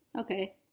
Okay